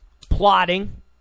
plotting